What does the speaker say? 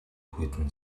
хүйтэн